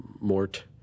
Mort